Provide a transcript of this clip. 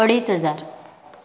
अडेज हजार